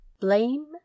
Blame